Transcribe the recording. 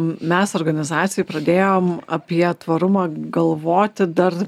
mes organizacijoje pradėjom apie tvarumą galvoti dar